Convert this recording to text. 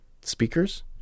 speakers